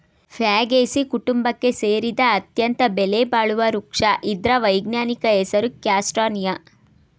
Fagaceae ಕುಟುಂಬಕ್ಕೆ ಸೇರಿದ ಅತ್ಯಂತ ಬೆಲೆಬಾಳುವ ವೃಕ್ಷ ಇದ್ರ ವೈಜ್ಞಾನಿಕ ಹೆಸರು ಕ್ಯಾಸ್ಟಾನಿಯ